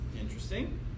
Interesting